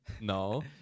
No